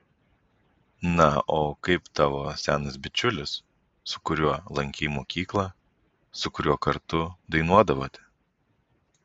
na o kaip tavo senas bičiulis su kuriuo lankei mokyklą su kuriuo kartu dainuodavote